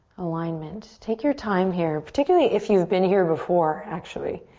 alignment. take your time here, particularly if you've been here before, actually.